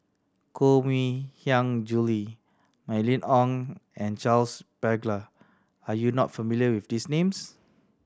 Koh Mui Hiang Julie Mylene Ong and Charles Paglar are you not familiar with these names